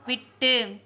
விட்டு